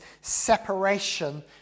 separation